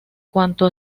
cuanto